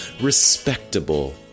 respectable